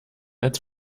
als